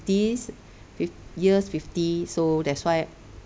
fifties fif~ years fifty so that's why